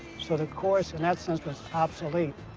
sort of course, in that sense, was obsolete.